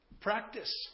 Practice